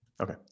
Okay